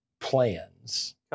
plans